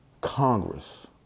Congress